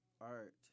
art